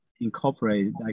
incorporate